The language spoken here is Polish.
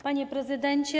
Panie Prezydencie!